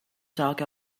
talk